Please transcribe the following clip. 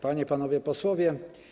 Panie i Panowie Posłowie!